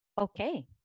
Okay